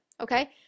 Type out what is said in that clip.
okay